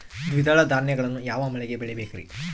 ದ್ವಿದಳ ಧಾನ್ಯಗಳನ್ನು ಯಾವ ಮಳೆಗೆ ಬೆಳಿಬೇಕ್ರಿ?